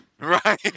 right